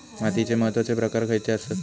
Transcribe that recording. मातीचे महत्वाचे प्रकार खयचे आसत?